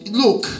look